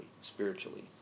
spiritually